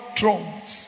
thrones